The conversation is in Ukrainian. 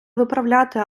виправляти